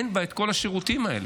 אין בה את כל השירותים האלה.